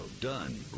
done